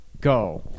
go